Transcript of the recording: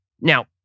Now